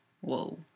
whoa